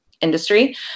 industry